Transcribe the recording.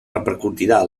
repercutirà